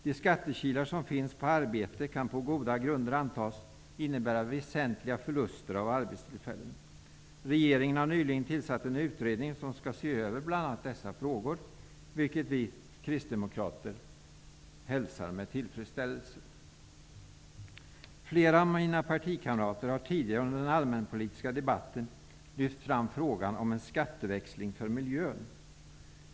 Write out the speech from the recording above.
De skattekilar som finns på arbete kan på goda grunder antas innebära väsentliga förluster av arbetstillfällen. Regeringen har nyligen tillsatt en utredning för att se över bl.a. dessa frågor, vilket vi kristdemokrater hälsar med tillfredsställelse. Flera av mina partikamrater har tidigare under denna allmänpolitiska debatt lyft fram frågan om en skatteväxling för miljön.